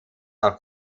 auch